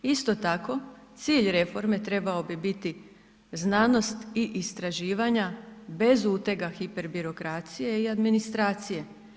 Isto tako, cilj reforme trebao bi biti znanost i istraživanja bez utega hiperbirokracije i administracije.